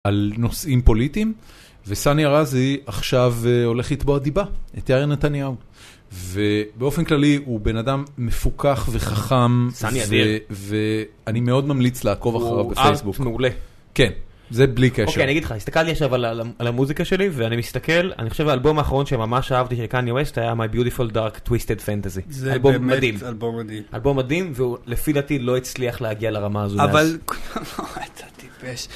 על נושאים פוליטיים וסני ארזי עכשיו הולך לתבוע דיבה את יאיר נתניהו. ובאופן כללי הוא בן אדם מפוכח וחכם. סני אדיר. ואני מאוד ממליץ לעקוב אחריו בפייסבוק. הוא ארט מעולה. כן, זה בלי קשר. אוקיי, אני אגיד לך, הסתכלתי עכשיו על המוזיקה שלי ואני מסתכל, אני חושב שהאלבום האחרון שממש אהבתי של קניה ווסט, היה My Beautiful Dark Twisted Fantasy. זה באמת אלבום מדהים. אלבום מדהים והוא לפי דעתי לא הצליח להגיע לרמה הזו. אבל אתה טיפש